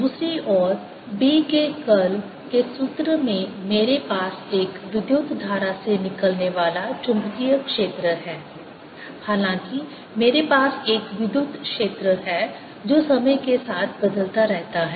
दूसरी ओर B के कर्ल के सूत्र में मेरे पास एक विद्युत धारा से निकलने वाला चुंबकीय क्षेत्र है हालाँकि मेरे पास एक विद्युत क्षेत्र है जो समय के साथ बदलता रहता है